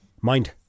Mind